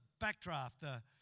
backdraft